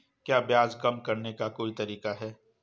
क्या ब्याज कम करने का कोई तरीका है?